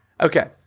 Okay